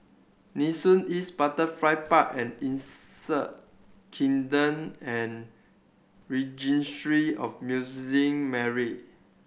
Nee Soon East Butterfly Park and Insect Kingdom and Registry of Muslim Marry